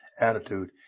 attitude